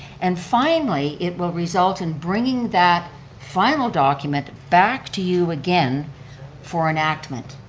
and finally, it will result in bringing that final document back to you again for enactment.